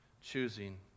choosing